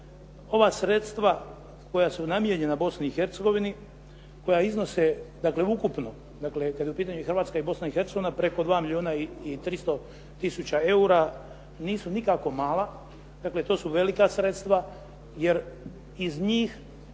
ova sredstva koja su namijenjena Bosni i Hercegovini, koja iznose dakle ukupno, dakle kad je u pitanju Hrvatska i Bosna i Hercegovina, preko 2 milijuna i 300 tisuća eura nisu nikako mala. Dakle, to su velika sredstva jer od tih